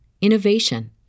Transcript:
innovation